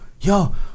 yo